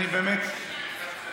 אני מתנצל.